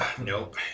Nope